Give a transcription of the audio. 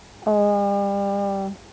oh